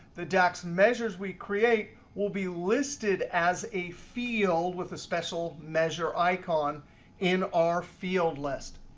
the dax and measures we create will be listed as a field with a special measure icon in our field list.